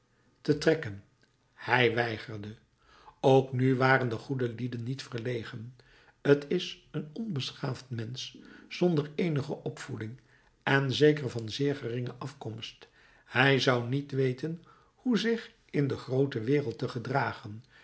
te trekken hij weigerde ook nu waren de goede lieden niet verlegen t is een onbeschaafd mensch zonder eenige opvoeding en zeker van zeer geringe afkomst hij zou niet weten hoe zich in de groote wereld te gedragen